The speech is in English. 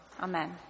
Amen